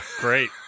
great